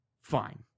fine